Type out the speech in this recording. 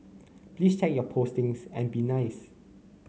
please check your postings and be nice